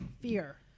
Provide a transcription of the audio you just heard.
fear